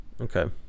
Okay